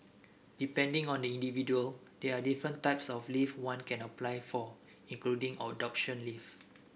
depending on the individual there are different types of leave one can apply for including adoption leave